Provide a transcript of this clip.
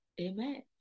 Amen